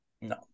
No